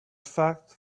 fact